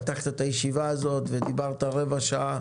פתחת את הישיבה הזאת ודיברת רבע שעה,